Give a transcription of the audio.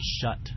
shut